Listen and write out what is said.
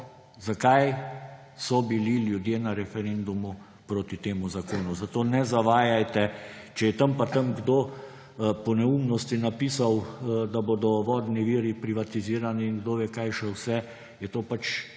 zakaj so bili ljudje na referendumu proti temu zakonu, zato ne zavajajte. Če je tam in tam kdo po neumnosti napisal, da bodo vodni viri privatizirani in kdo ve, kaj še vse, je to pač